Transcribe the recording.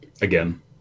Again